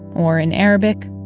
or in arabic,